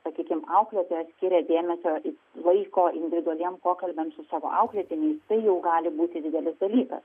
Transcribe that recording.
sakykim auklėtoja skiria dėmesio laiko individualiem pokalbiam su savo auklėtiniais tai jau gali būti didelis dalykas